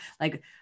Like-